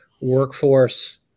workforce